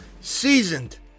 seasoned